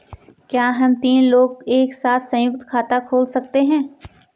क्या हम तीन लोग एक साथ सयुंक्त खाता खोल सकते हैं?